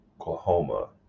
Oklahoma